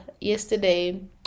Yesterday